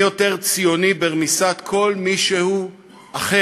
מי יותר ציוני ברמיסת כל מי שהוא אחר,